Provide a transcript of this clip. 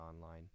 online